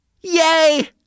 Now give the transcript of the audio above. Yay